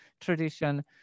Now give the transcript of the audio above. tradition